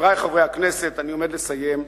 חברי חברי הכנסת, אני עומד לסיים.